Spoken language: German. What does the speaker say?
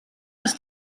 ist